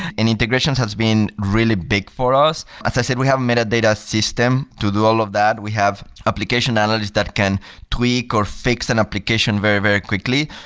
and integrations has been really big for us. as i said, we have a metadata system to do all of that. we have application analysts that can tweak or fix an application very, very quickly.